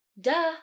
duh